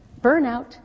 burnout